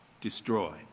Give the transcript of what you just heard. destroy